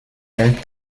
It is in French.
elle